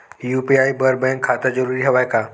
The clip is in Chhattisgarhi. यू.पी.आई बर बैंक खाता जरूरी हवय का?